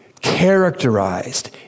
characterized